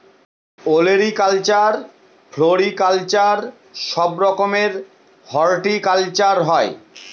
olericulture, floriculture সব রকমের horticulture হয়